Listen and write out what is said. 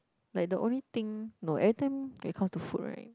like the only thing no every time when it comes to food right